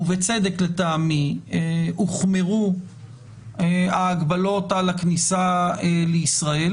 ובצדק לטעמי, הוחמרו ההגבלות על הכניסה לישראל